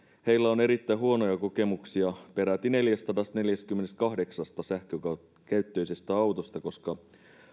heillä on erittäin huonoja kokemuksia peräti neljäsataaneljäkymmentäkahdeksan sähkökäyttöisestä autosta koska